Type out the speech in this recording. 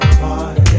party